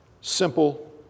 simple